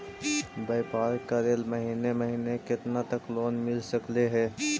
व्यापार करेल महिने महिने केतना तक लोन मिल सकले हे?